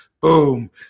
Boom